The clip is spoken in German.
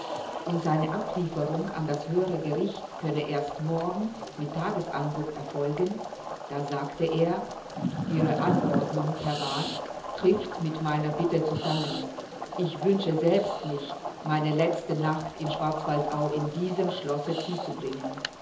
und seine ablieferung an das höhere gericht könne erst morgen mit tagesanbruch erfolgen da sagte er ihre anordnung herr rath trifft mit meiner bitte zusammen ich wünsche selbst nicht meine letzte nacht in schwarzwaldau in diesem schlosse zuzubringen